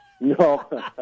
No